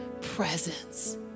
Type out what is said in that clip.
presence